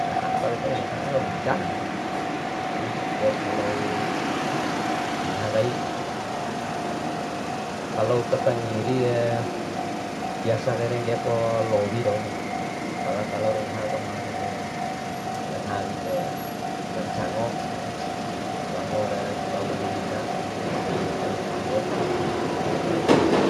dehantare pranga wujani, paling edep kalo dingaha kai. Kalo uta tangirire biasa kaire ngge'epo lowi rauni, pala kalo rangaha kemarinre rangaha awinre ra ncango, ncangore tau kani mina, de tau ditabe de kalosa.